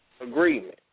agreement